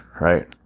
right